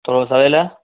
थोरो सवेल